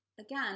again